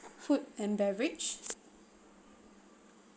food and beverage